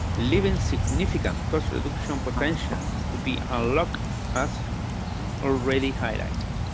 leaving significant cost reduction um potentials to be unlocked as already highlighted.